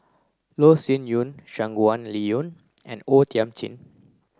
Loh Sin Yun Shangguan Liuyun and O Thiam Chin